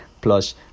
plus